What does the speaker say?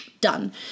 done